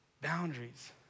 boundaries